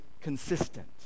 consistent